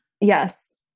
yes